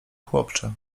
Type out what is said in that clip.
chłopcze